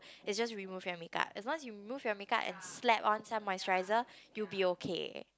is just remove your make-up as long as you remove your make-up and slap on some moisturizer you will be okay